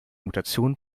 mutation